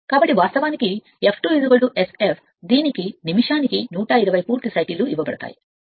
కాబట్టి వాస్తవానికి ఈ Sf2 Sf దీనికి నిమిషానికి 120 పూర్తి సైకిళ్ళు ఇవ్వబడతాయి